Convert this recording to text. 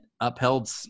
upheld